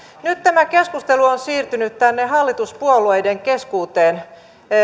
nyt tämä keskustelu on on siirtynyt tänne hallituspuolueiden keskuuteen